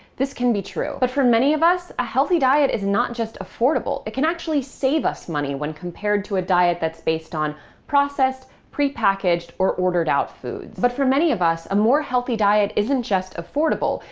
this can be true. but for many of us, a healthy diet is not just affordable. it can actually save us money when compared to a diet that's based on processed, prepackaged, or ordered out foods. but for many of us, a more healthy diet isn't just affordable.